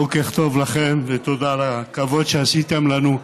בוקר טוב לכם ותודה על הכבוד שעשיתם לנו,